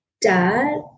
dad